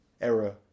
error